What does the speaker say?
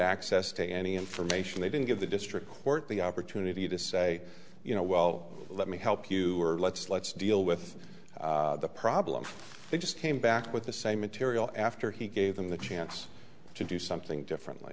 access to any information they didn't give the district court the opportunity to say you know well let me help you or let's let's deal with the problem they just came back with the same material after he gave them the chance to do something different